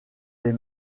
des